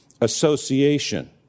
association